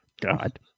God